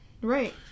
Right